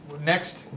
next